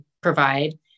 provide